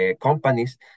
companies